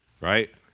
right